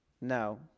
No